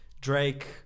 Drake